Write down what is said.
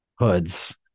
Hoods